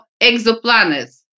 exoplanets